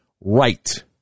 right